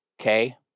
okay